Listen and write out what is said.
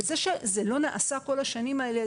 וזה שזה לא נעשה כול השנים האלה,